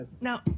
Now